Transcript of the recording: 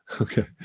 okay